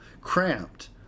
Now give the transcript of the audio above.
cramped